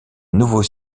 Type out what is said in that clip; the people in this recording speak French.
nouveau